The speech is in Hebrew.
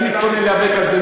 אני מתכונן להיאבק על זה.